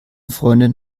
freundin